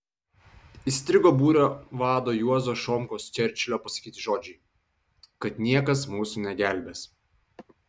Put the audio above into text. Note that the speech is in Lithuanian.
įstrigo būrio vado juozo šomkos čerčilio pasakyti žodžiai kad niekas mūsų negelbės